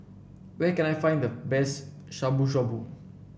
where can I find the best Shabu Shabu